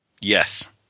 Yes